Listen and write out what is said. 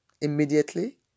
immediately